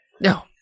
No